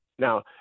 Now